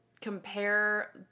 compare